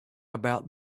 about